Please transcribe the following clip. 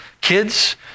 Kids